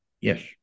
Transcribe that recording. yes